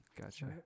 Gotcha